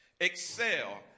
excel